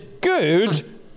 good